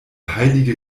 heilige